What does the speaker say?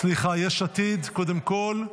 סליחה, יש עתיד קודם כול.